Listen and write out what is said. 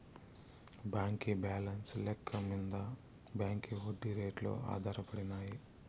బాంకీ బాలెన్స్ లెక్క మింద బాంకీ ఒడ్డీ రేట్లు ఆధారపడినాయి